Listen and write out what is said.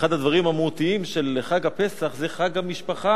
באחד הדברים המהותיים של חג הפסח, זה חג המשפחה.